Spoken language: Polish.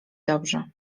dobrze